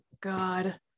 God